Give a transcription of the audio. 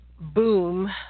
boom